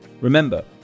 Remember